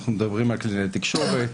אנחנו מדברים על קלינאי תקשורת,